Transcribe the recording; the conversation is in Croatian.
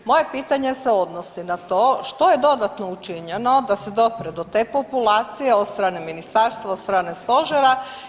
Moje pitanje se odnosi na to što je dodatno učinjeno da se dopre do te populacije od strane ministarstva, od strane Stožera.